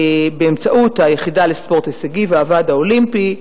באמצעות היחידה לספורט הישגי והוועד האולימפי,